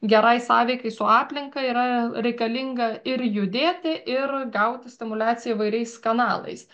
gerai sąveikai su aplinka yra reikalinga ir judėti ir gauti stimuliaciją įvairiais kanalais